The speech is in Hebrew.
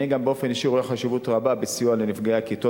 אני גם באופן אישי רואה חשיבות רבה בסיוע לנפגעי הכתות